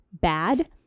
bad